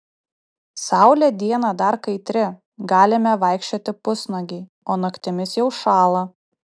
saulė dieną dar kaitri galime vaikščioti pusnuogiai o naktimis jau šąla